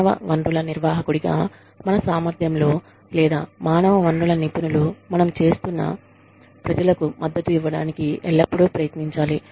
మానవ వనరుల నిర్వాహకుడిగా మన సామర్థ్యంలో లేదా మానవ వనరుల నిపుణులు మనం పనిచేస్తున్న ప్రజలకు మద్దతు ఇవ్వడానికి ఎల్లప్పుడూ ప్రయత్నించాలి